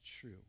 true